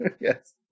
Yes